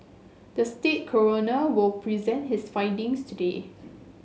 the state coroner will present his findings today